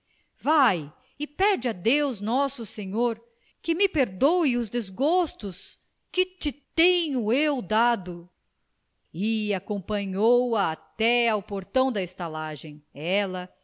vai e pede a deus nosso senhor que me perdoe os desgostos que te tenho eu dado e acompanhou-a até o portão da estalagem ela